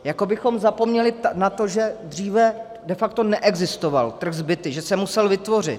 Jako bychom zapomněli na to, že dříve de facto neexistoval trh s byty, že se musel vytvořit.